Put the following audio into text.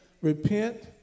Repent